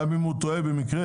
גם אם הוא טועה במקרה.